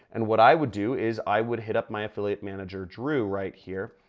and what i would do is i would hit up my affiliate manager drew right here.